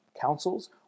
councils